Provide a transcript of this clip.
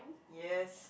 yes